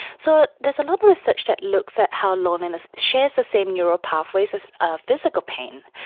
so there's a lot of research that looks at how loneliness shares the same neural pathways as ah physical pain,